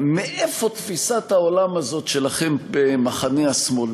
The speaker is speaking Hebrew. מאיפה תפיסת העולם הזאת שלכם במחנה השמאל,